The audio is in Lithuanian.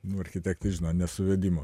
nu architektai žino nesuvedimu